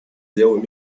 делу